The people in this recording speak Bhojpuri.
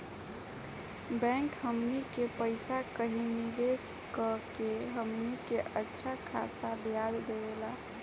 बैंक हमनी के पइसा कही निवेस कऽ के हमनी के अच्छा खासा ब्याज देवेला